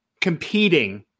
competing